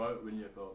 but when you have the